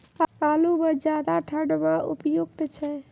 आलू म ज्यादा ठंड म उपयुक्त छै?